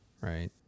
right